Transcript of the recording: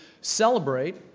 celebrate